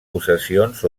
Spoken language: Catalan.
possessions